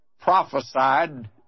prophesied